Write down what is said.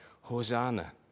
Hosanna